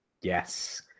Yes